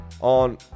on